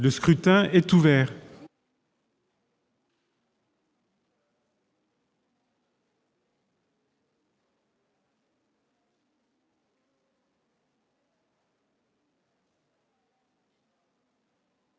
Le scrutin est ouvert.